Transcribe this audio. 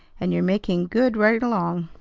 and you're making good right along.